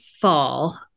fall